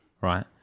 right